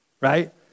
right